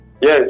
Yes